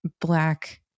black